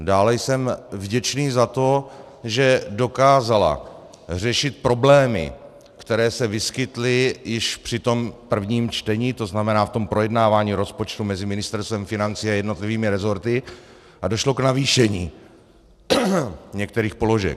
Dále jsem vděčný za to, že dokázala řešit problémy, které se vyskytly již při tom prvním čtení, tzn. v tom projednávání rozpočtu mezi Ministerstvem financí a jednotlivými resorty, a došlo k navýšení některých položek.